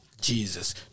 Jesus